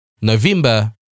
november